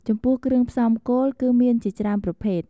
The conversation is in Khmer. ចំពោះគ្រឿងផ្សំគោល គឺមានជាច្រើនប្រភេទ។